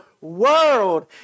world